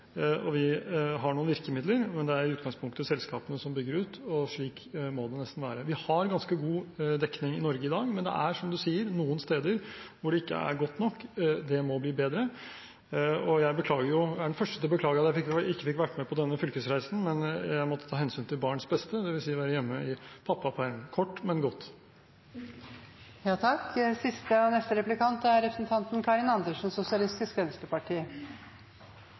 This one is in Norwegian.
og vi har noen virkemidler, men det er i utgangpunktet selskapene som bygger ut, og slik må det nesten være. Vi har ganske god dekning i Norge i dag, men det er, som representanten sier, noen steder hvor det ikke er godt nok – det må bli bedre. Jeg er den første til å beklage at jeg ikke fikk vært med på denne fylkesreisen, men jeg måtte ta hensyn til barns beste, det vil si være hjemme i pappaperm – kort, men godt. Representanten Astrup ble tydelig ubekvem av spørsmålet til representanten